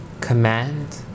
command